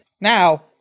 Now